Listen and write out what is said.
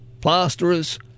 plasterers